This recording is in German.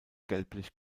gelblich